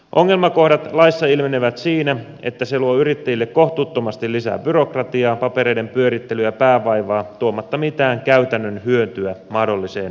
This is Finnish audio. ongelmakohdat laissa ilmenevät siinä että se luo yrittäjille kohtuuttomasti lisää byrokratiaa papereiden pyörittelyä ja päänvaivaa tuomatta mitään käytännön hyötyä mahdolliseen ongelmaan